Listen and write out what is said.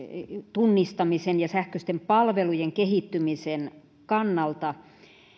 tunnistamisen ja sähköisten palvelujen kehittymisen kannalta